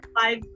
five